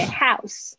house